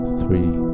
three